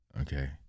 Okay